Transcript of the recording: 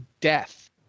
death